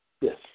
Yes